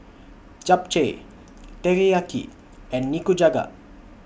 Japchae Teriyaki and Nikujaga